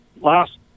last